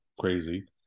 crazy